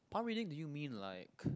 palm reading do you mean like